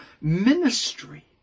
ministry